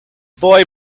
boy